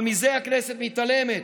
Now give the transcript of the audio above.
אבל מזה הכנסת מתעלמת.